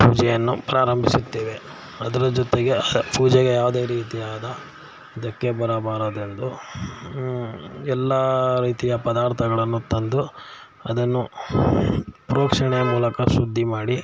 ಪೂಜೆಯನ್ನು ಪ್ರಾರಂಭೀಸುತ್ತೇವೆ ಅದರ ಜೊತೆಗೆ ಪೂಜೆಗೆ ಯಾವುದೇ ರೀತಿಯಾದ ಧಕ್ಕೆ ಬರಬಾರದೆಂದು ಎಲ್ಲ ರೀತಿಯ ಪದಾರ್ಥಗಳನ್ನು ತಂದು ಅದನ್ನು ಪ್ರೋಕ್ಷಣೆಯ ಮೂಲಕ ಶುದ್ಧಿ ಮಾಡಿ